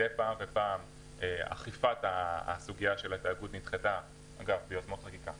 מדי פעם אכיפת סוגיית ההתאגדות נדחתה ביוזמת חקיקה